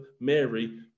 Mary